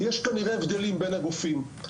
יש כנראה הבדלים בין הגופים.